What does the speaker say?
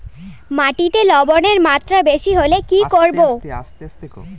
মাটিতে লবণের মাত্রা বেশি হলে কি করব?